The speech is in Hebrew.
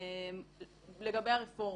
אתה שואל לגבי הרפורמה.